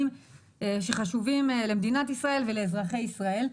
שחשובים למדינת ישראל ולאזרחי ישראל.